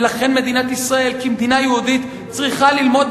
ולכן מדינת ישראל כמדינה יהודית צריכה ללמוד,